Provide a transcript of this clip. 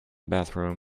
bathroom